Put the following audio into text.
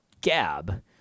Gab